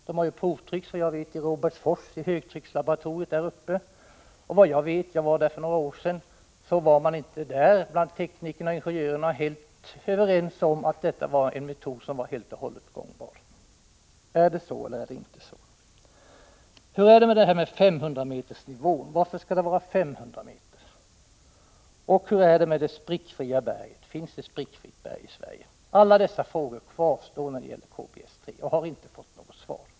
De har ju provtryckts i högtryckslaboratoriet i Robertsfors, och såvitt jag vet — jag var där för några år sedan — var man bland teknikerna och ingenjörerna där inte helt överens om att detta var en helt och fullt gångbar metod. Är det så, eller är det inte så? Hur är det med 500-metersnivån? Varför skall det vara 500 m? Och hur är det med sprickfria berg — finns det sådana i Sverige? Alla dessa frågor kvarstår obesvarade när det gäller KBS 3.